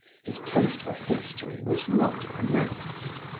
his taste for history was not pronounced,